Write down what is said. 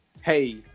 hey